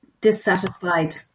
dissatisfied